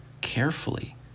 carefully